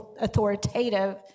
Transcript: authoritative